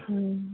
ହୁଁ